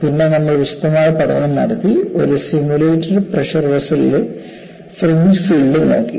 പിന്നെ നമ്മൾ വിശദമായ പഠനം നടത്തി ഒരു സിമുലേറ്റഡ് പ്രഷർ വെസ്സലിലെ ഫ്രിഞ്ച് ഫീൽഡ് നോക്കി